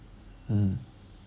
mm